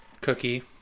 Cookie